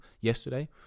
yesterday